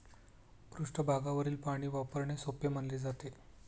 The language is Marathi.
पृष्ठभागावरील पाणी वापरणे सोपे मानले जाते